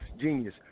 genius